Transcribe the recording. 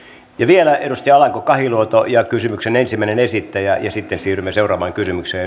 vielä edustaja alanko kahiluoto ja kysymyksen ensimmäinen esittäjä ja sitten siirrymme seuraavaan kysymykseen